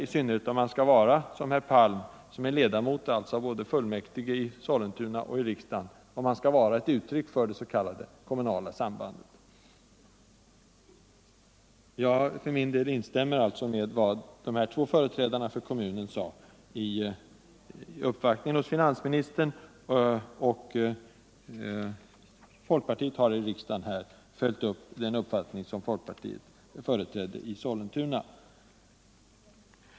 I synnerhet om han som herr Palm, som alltså är ledamot både av riksdagen och av kommunfullmäktige i Sollentuna, skall vara ett uttryck för det s.k. kommunala sambandet. Jag instämmer alltså med vad de två företrädarna för kommunen sade vid uppvaktningen hos finansministern, och folkpartiet har i riksdagen här följt upp den uppfattning som folkpartiet företräder i Sollentuna.